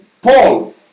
Paul